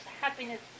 happiness